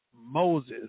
Moses